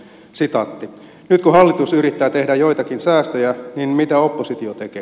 nyt kun hallitus yrittää tehdä joitakin säästöjä niin mitä oppositio tekee